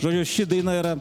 žodžiu ši daina yra